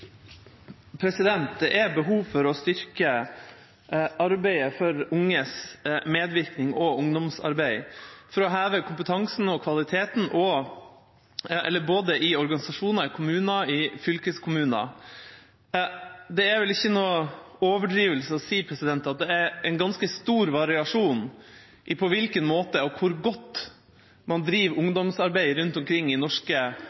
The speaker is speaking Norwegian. Det er behov for å styrke arbeidet for unges medvirkning og ungdomsarbeid for å heve kompetansen og kvaliteten i både organisasjoner, kommuner og fylkeskommuner. Det er vel ikke noen overdrivelse å si at det er ganske stor variasjon i på hvilken måte og hvor godt man driver ungdomsarbeid rundt omkring i norske